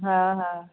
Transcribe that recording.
हा हा